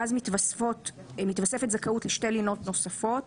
ואז מתווספת זכאות לשתי לינות נוספות,